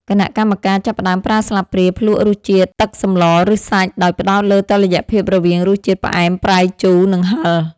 គណៈកម្មការចាប់ផ្ដើមប្រើស្លាបព្រាភ្លក្សរសជាតិទឹកសម្ល ឬសាច់ ដោយផ្ដោតលើតុល្យភាពរវាងរសជាតិផ្អែម ប្រៃ ជូរ និងហឹរ។